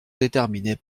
déterminés